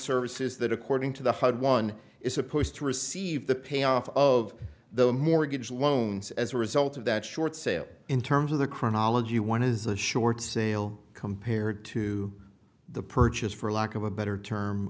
services that according to the hud one is supposed to receive the payoff of the mortgage loans as a result of that short sale in terms of the chronology one is a short sale compared to the purchase for lack of a better term